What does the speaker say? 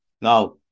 Now